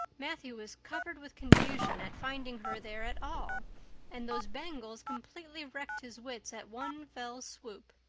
matthew was covered with confusion at finding her there at all and those bangles completely wrecked his wits at one fell swoop.